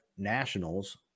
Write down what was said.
nationals